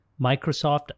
Microsoft